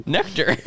Nectar